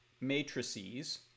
matrices